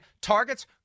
targets